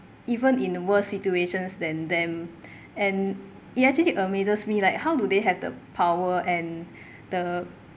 even in worst situations than them and it actually amazes me like how do they have the power and the